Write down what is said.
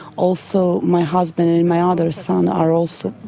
also my husband and and my other son are also,